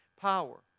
power